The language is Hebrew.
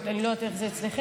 אני לא יודעת איך זה אצלכם,